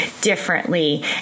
differently